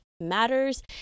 matters